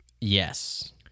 Yes